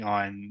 on